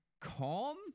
calm